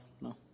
no